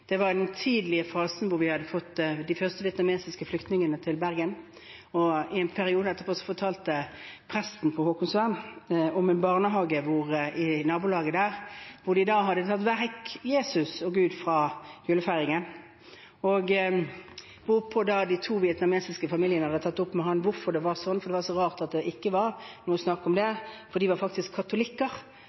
vi hadde fått de første til Bergen. En tid etterpå fortalte presten på Haakonsvern om en barnehage i nabolaget hvor de hadde tatt vekk Jesus og Gud fra julefeiringen, hvorpå de to vietnamesiske familiene hadde tatt opp med ham hvorfor det var sånn, for det var så rart at det ikke var noe snakk om det. De var faktisk katolikker,